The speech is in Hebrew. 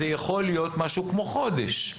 זה יכול להיות משהו כמו חודש.